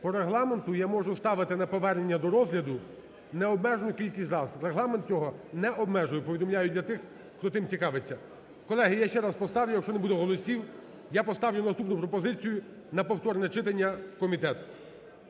По Регламенту я можу ставити на повернення до розгляду необмежену кількість разів, Регламент цього не обмежує, повідомляю для тих, хто тим цікавиться. Колеги, я ще раз поставлю, якщо не буде голосів, я поставлю наступну пропозицію на повторне читання в комітет.